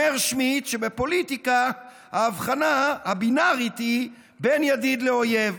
אומר שמיט שבפוליטיקה ההבחנה הבינארית היא בין ידיד לאויב.